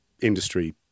industry